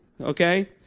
okay